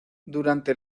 durante